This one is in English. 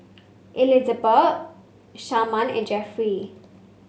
Elizabet Sharman and Jeffrey